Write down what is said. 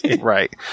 right